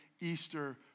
Easter